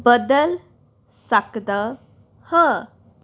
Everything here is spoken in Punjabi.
ਬਦਲ ਸਕਦਾ ਹਾਂ